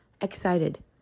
excited